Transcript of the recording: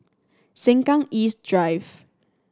Sengkang East Drive